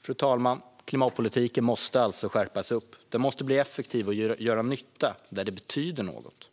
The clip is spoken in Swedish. Fru talman! Klimatpolitiken måste alltså skärpas. Den måste bli effektiv och göra nytta där det betyder något.